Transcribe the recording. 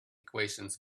equations